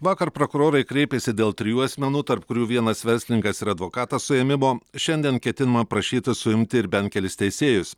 vakar prokurorai kreipėsi dėl trijų asmenų tarp kurių vienas verslininkas ir advokatas suėmimo šiandien ketinama prašyti suimti ir bent kelis teisėjus